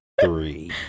three